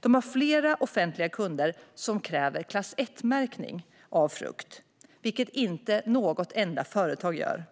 De har flera offentliga kunder som kräver klass 1märkning av frukt, vilket inte något enda företag gör.